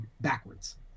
backwards